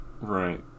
Right